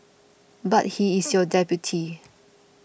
but he is your deputy